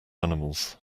animals